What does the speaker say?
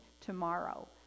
tomorrow